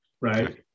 right